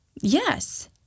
Yes